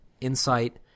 insight